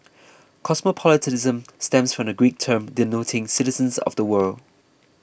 cosmopolitanism stems from the Greek term denoting citizens of the world